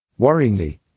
Worryingly